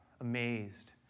amazed